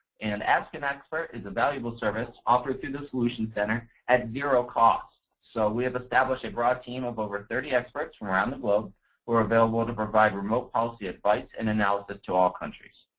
and ask an expert is a valuable service operative in the solution center at zero costs. so we have established a broad team of over thirty experts from around the globe who are available to provide remote policy advice and analysis to all countries.